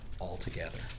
altogether